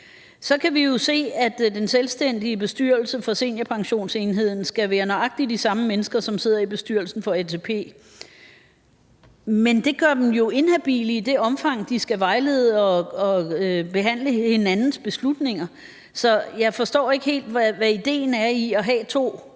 Så kan vi jo se, at den selvstændige bestyrelse for seniorpensionsenheden skal være nøjagtig de samme mennesker, som sidder i bestyrelsen for ATP. Men det gør den jo inhabil i det omfang, de skal vejlede og behandle hinandens beslutninger, så jeg forstår ikke helt, hvad ideen er i at have to niveauer,